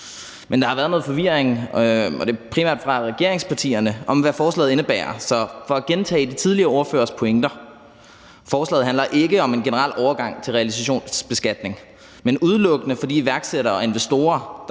der har været noget forvirring hos primært regeringspartierne om, hvad forslaget indebærer, så for at gentage de tidligere ordførers pointer vil jeg sige: Forslaget handler ikke om en generel overgang til realisationsbeskatning, men udelukkende om de iværksættere og investorer,